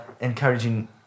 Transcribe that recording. encouraging